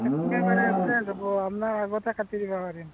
একেবাৰে ফ্ৰেছ হ'ব আপোনাৰ আগতে কাটি দিবা পাৰিম